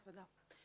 תודה.